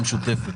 והמשותפת.